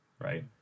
right